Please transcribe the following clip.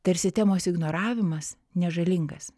tarsi temos ignoravimas nežalingas